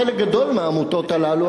חלק גדול מהעמותות האלה,